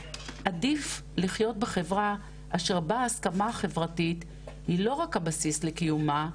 עדיף לחיות בחברה אשר בה ההסכמה החברתית היא לא רק הבסיס לקיומה,